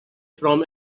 from